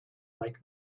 like